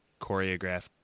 choreographed